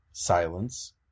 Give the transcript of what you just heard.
Silence